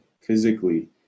physically